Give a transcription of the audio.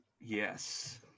Yes